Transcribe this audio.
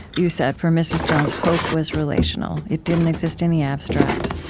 you said, for mrs. jones, hope was relational. it didn't exist in the abstract.